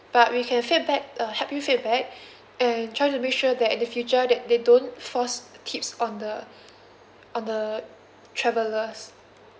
but we can feedback uh help you feedback and try to make sure that the future that they don't force tips on the on the travellers